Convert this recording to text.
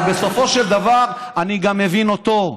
אבל בסופו של דבר אני גם מבין אותו.